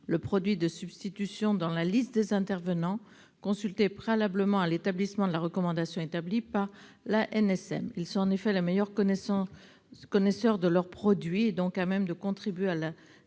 le produit de substitution dans la liste des intervenants consultés préalablement à l'établissement de la recommandation établie par l'ANSM. Ils sont en effet les meilleurs connaisseurs de leurs produits et les mieux à même de contribuer à la